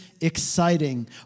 exciting